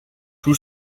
tout